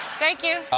thank you.